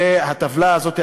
הטבלה הזאת,